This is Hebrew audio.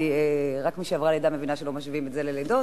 כי רק מי שעברה לידה מבינה שלא משווים את זה ללידות.